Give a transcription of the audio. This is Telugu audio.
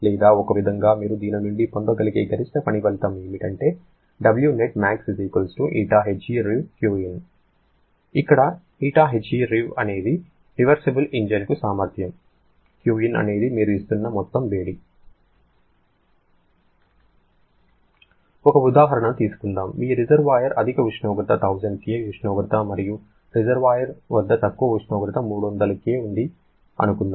లేదా ఒక విధంగా మీరు దీని నుండి పొందగలిగే గరిష్ట పని ఫలితం ఏమిటంటే ఇక్కడ ηHErev అనునది రివర్సిబుల్ ఇంజిన్కు సామర్థ్యం Qin అనునది మీరు ఇస్తున్న మొత్తం వేడి ఒక ఉదాహరణ తీసుకుందాం మీ రిజర్వాయర్ అధిక ఉష్ణోగ్రత 1000 K ఉష్ణోగ్రత మరియు రిజర్వాయర్ వద్ద తక్కువ ఉష్ణోగ్రత 300 K ఉందని అనుకుందాం